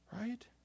right